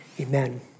amen